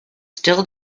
still